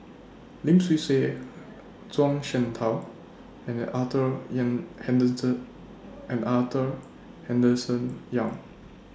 Lim Swee Say Zhuang Shengtao and Arthur Young Henderson and Arthur Henderson Young